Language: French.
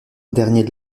dernier